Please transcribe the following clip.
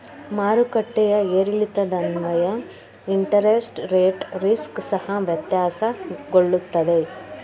ಮಾರುಕಟ್ಟೆಯ ಏರಿಳಿತದನ್ವಯ interest rate risk ಸಹ ವ್ಯತ್ಯಾಸಗೊಳ್ಳುತ್ತದೆ